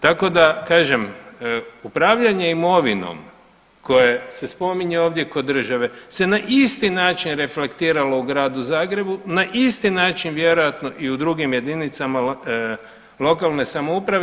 Tako da kažem upravljanje imovinom koja se spominje ovdje kod države se na isti način reflektiralo u gradu Zagrebu na isti način vjerojatno i u drugim jedinicama lokalne samouprave.